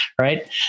Right